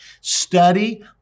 Study